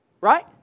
right